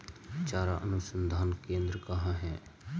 चारा अनुसंधान केंद्र कहाँ है?